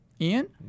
Ian